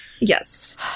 yes